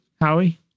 Howie